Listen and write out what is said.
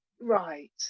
Right